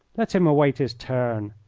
let him await his turn.